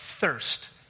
Thirst